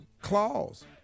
claws